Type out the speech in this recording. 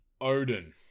odin